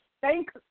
thank